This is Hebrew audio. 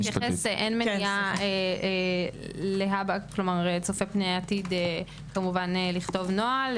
אתייחס אין מניעה צופה פני עתיד לכתוב נוהל